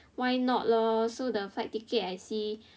why not lor so the flight ticket I see